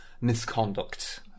misconduct